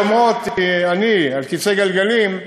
שאומרות: אני על כיסא גלגלים,